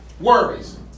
Worries